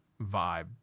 vibe